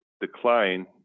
decline